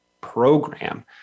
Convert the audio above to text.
Program